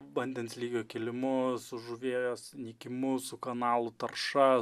vandens lygio kilimu su žuvies nykimu su kanalų tarša